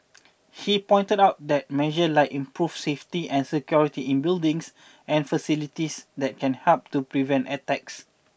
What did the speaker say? he pointed out that measures like improving safety and security in buildings and facilities that can help to prevent attacks